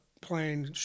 playing